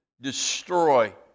destroy